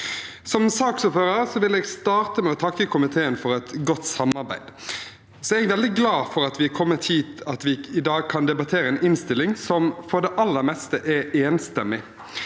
Som saksordfører vil jeg starte med å takke komiteen for et godt samarbeid. Jeg er veldig glad for at vi er kommet hit at vi i dag kan debattere en innstilling som for det aller meste er enstemmig.